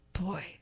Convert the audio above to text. boy